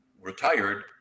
retired